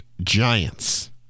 Giants